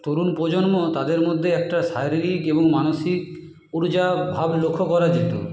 তরুণ প্রজন্ম তাদের মধ্যে একটা শারীরিক এবং মানসিক উর্জাভাব লক্ষ্য করা যেত